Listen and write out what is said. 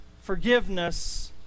forgiveness